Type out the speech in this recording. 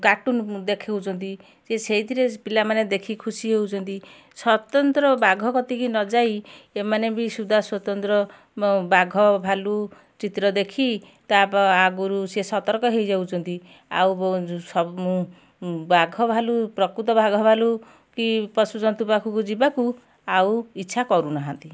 cartoon ଦେଖଉଛନ୍ତି ସେ ସେଇଥିରେ ପିଲାମାନେ ଦେଖିକି ଖୁସି ହଉଛନ୍ତି ସ୍ଵତନ୍ତ୍ର ବାଘ କତିକି ନ ଯାଇ ଏମାନେ ବି ସୁଦା ସ୍ଵତନ୍ତ୍ର ବାଘ ଭାଲୁ ଚିତ୍ର ଦେଖି ତା ଆଗୁରୁ ସେ ସତର୍କ ହେଇଯାଉଛନ୍ତି ଆଉ ବାଘ ଭାଲୁ ପ୍ରକୁତ ବାଘ ଭାଲୁ କି ପଶୁ ଜନ୍ତୁ ପାଖକୁ ଯିବାକୁ ଆଉ ଇଚ୍ଛା କରୁନାହାଁନ୍ତି